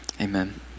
Amen